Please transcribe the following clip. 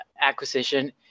acquisition